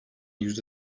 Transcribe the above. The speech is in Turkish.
yüzde